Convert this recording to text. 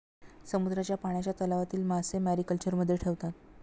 समुद्राच्या पाण्याच्या तलावातील मासे मॅरीकल्चरमध्ये ठेवतात